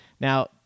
Now